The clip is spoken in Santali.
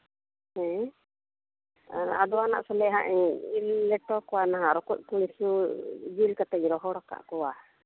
ᱦᱮᱸ ᱟᱫᱚᱣᱟᱱᱟᱜ ᱥᱚᱝᱜᱮᱜ ᱦᱟᱸᱜ ᱤᱧ ᱞᱮᱴᱚ ᱠᱚᱣᱟ ᱱᱟᱦᱟᱜ ᱨᱚᱠᱚᱡ ᱠᱚ ᱡᱤᱞ ᱠᱟᱛᱮᱜ ᱨᱚᱦᱚᱲ ᱠᱟᱜ ᱠᱚᱣᱟ